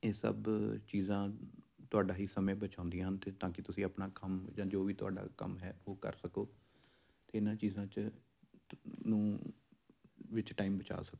ਇਹ ਸਭ ਚੀਜ਼ਾਂ ਤੁਹਾਡਾ ਹੀ ਸਮੇਂ ਬਚਾਉਂਦੀਆਂ ਹਨ ਅਤੇ ਤਾਂ ਕੀ ਤੁਸੀਂ ਆਪਣਾ ਕੰਮ ਜਾਂ ਜੋ ਵੀ ਤੁਹਾਡਾ ਕੰਮ ਹੈ ਉਹ ਕਰ ਸਕੋ ਅਤੇ ਇਹਨਾਂ ਚੀਜ਼ਾਂ 'ਚ ਤ ਨੂੰ ਵਿੱਚ ਟਾਈਮ ਬਚਾ ਸਕੋ